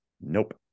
Nope